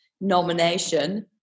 nomination